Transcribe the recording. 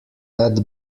that